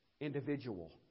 individual